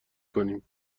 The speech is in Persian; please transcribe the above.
کنیم